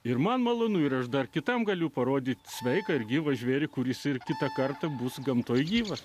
ir man malonu ir aš dar kitam galiu parodyti sveiką ir gyvą žvėrį kuris sirgti tą kartą bus gamtoje gyvas